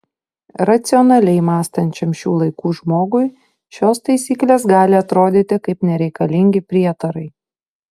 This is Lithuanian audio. racionaliai mąstančiam šių laikų žmogui šios taisyklės gali atrodyti kaip nereikalingi prietarai